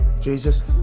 Jesus